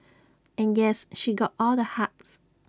and yes she got all the hugs